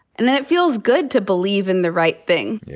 and then it feels good to believe in the right thing.